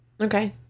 Okay